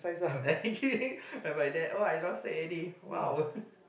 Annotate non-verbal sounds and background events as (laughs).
(laughs) like my dad oh I lost weight already !wow! (laughs)